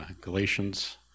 Galatians